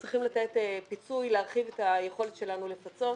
פיצוי ולהרחיב את היכולת שלנו לפצות.